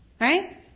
Right